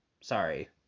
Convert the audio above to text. sorry